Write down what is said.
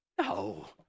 No